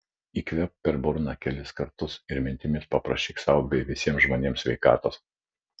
įkvėpk per burną kelis kartus ir mintimis paprašyk sau bei visiems žmonėms sveikatos